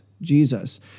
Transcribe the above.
Jesus